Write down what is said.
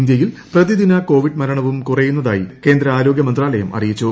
ഇന്ത്യയിൽ പ്രതിദിന ക്ടോവിഡ് മരണവും കുറയുന്നതായി കേന്ദ്ര ആരോഗ്യമന്ത്രാലയം അറിയിച്ചു